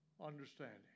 understanding